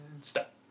Stop